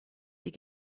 die